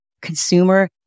consumer